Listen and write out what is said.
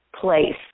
place